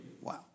Wow